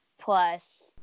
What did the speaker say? plus